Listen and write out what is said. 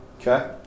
Okay